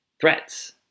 threats